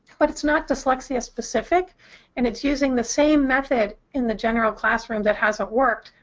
but it's not dyslexia-specific and it's using the same method in the general classroom that hasn't worked,